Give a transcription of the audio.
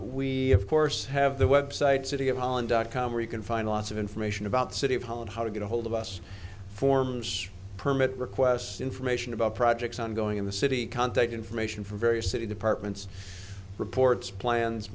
have course have the website city of holland dot com where you can find lots of information about city hall and how to get ahold of us forms permit requests information about projects ongoing in the city contact information for various city departments reports plans